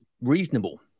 reasonable